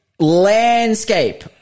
landscape